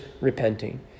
repenting